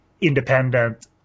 independent